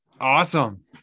Awesome